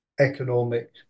economic